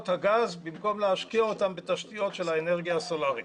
הגז במקום להשקיע אותם בתשתיות של האנרגיה הסולריטת.